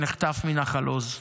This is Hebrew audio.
שנחטף מנחל עוז,